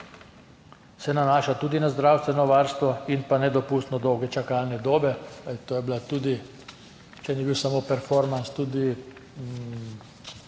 se nanaša tudi na zdravstveno varstvo in nedopustno dolge čakalne dobe. To je bila tudi, če ni bil samo performans,